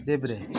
देब्रे